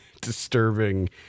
disturbing